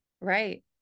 right